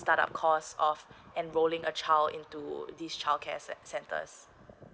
start up cost of enrolling a child into this childcare center